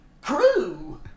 crew